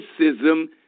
racism